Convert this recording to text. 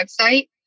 website